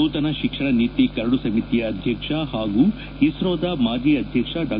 ನೂತನ ಶಿಕ್ಷಣ ನೀತಿ ಕರಡು ಸಮಿತಿಯ ಅಧ್ಯಕ್ಷ ಹಾಗೂ ಇಸ್ರೋದ ಮಾಜಿ ಅಧ್ಯಕ್ಷ ಡಾ